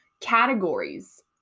categories